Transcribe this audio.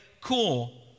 cool